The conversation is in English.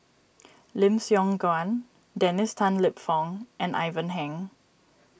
Lim Siong Guan Dennis Tan Lip Fong and Ivan Heng